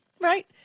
right